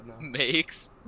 Makes